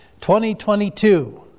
2022